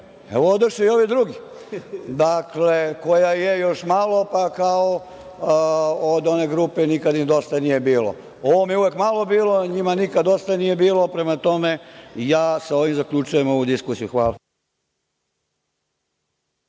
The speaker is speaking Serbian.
evo, odoše i ovi drugi, koja je još malo, pa kao od one grupe – nikad im dosta nije bilo. Ovom je uvek malo bilo, a njima nikad dosta nije bilo, prema tome, ja sa ovim zaključujem ovu diskusiju. Hvala.